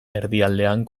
erdialdean